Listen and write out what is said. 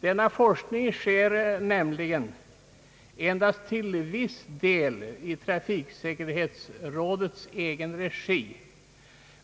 Denna forskning bedrivs nämligen endast till viss del i trafiksäkerhetsrådets egen regi,